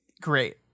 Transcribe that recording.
great